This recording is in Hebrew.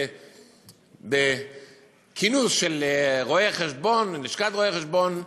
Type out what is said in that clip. שבכינוס של לשכת רואי-החשבון,